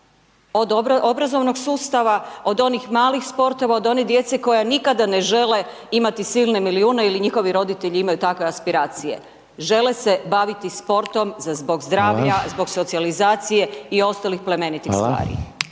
od obrazovnog sustava, od onih malih sportova, od one djece koje nikada ne žele imati silne milijune ili njihovi roditelji imaju takve aspiracije. Žele se baviti sportom zbog zdravlja …/Upadica: Hvala./… zbog socijalizacije i ostalih plemenitih stvari.